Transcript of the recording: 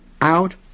out